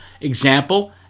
example